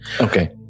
Okay